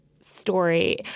story